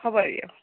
হ'ব দিয়ক